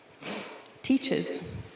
Teachers